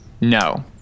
no